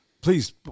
Please